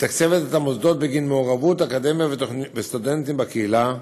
מתקצבת את המוסדות בגין מעורבות אקדמיה וסטודנטים בקהילה.